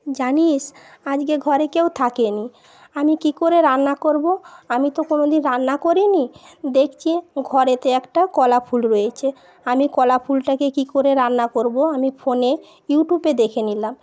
জানিস আজকে ঘরে কেউ থাকেনি আমি কী করে রান্না করব আমি তো কোনোদিন রান্না করিনি দেখছি ঘরেতে একটা কলাফুল রয়েছে আমি কলাফুলটাকে কী করে রান্না করব আমি ফোনে ইউটিউবে দেখে নিলাম